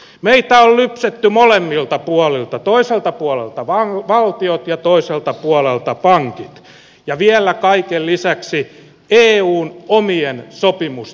meitä on lypsetty molemmilta puolilta toiselta puolelta valtiot ja toiselta puolelta pankit ja vielä kaiken lisäksi eun omien sopimusten vastaisesti